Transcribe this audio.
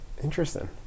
Interesting